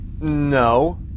No